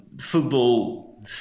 football